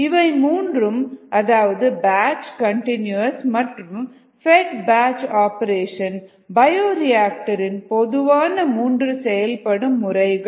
இவை மூன்றும் batch continuous மற்றும் பெட் பேட்ச் ஆப்ரேஷன் பயோரியாக்டர் இன் பொதுவான 3 செயல்படும் முறைகள்